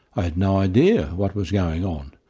i had no idea what was going on.